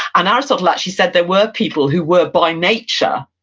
and aristotle actually said there were people who were, by nature,